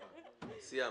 סיימת.